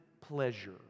pleasure